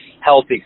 healthy